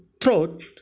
throat